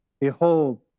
Behold